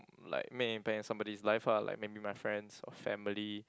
like made an impact in somebody's life ah like maybe my friends or family